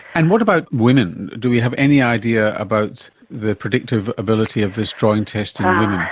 and what about women, do we have any idea about the predictive ability of this drawing test ah